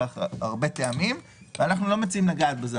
אנחנו לא מציעים לגעת בזה.